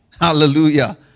Hallelujah